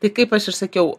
tai kaip aš išsakiau